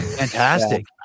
fantastic